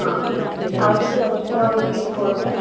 ହଁ ଆଉ କିଛି ଅସୁବିଧା ହେଉଛି କି ସ୍କୁଲ ରେ